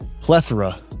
plethora